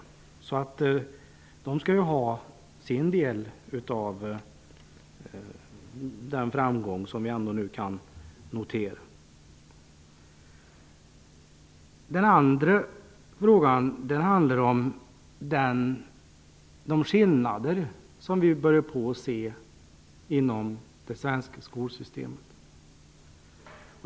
De ska alltså tillerkännas sin del i den framgång som ändå kan noteras. Den andra frågan handlar om de skillnader vi börjar se inom det svenska skolsystemet.